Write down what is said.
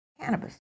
cannabis